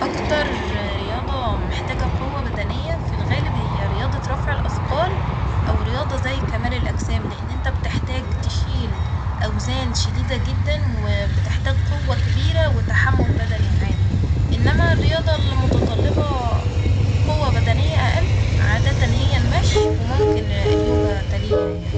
أكتر رياضة محتاجة قوة بدنية في الغالب هي رياضة رفع الأثقال أو رياضة زي كمال الأجسام لإن إنت بتحتاج تشيل أوزان شديدة جدا وبتحتاج قوة كبيرة وتحمل بدني عالي ، إنما الرياضة المتطلبة قوة بدنية أقل عادة هي المشي وممكن اليوجا تليها يعني